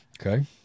Okay